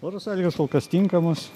oro salygos kol kas tinkamos